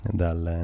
dal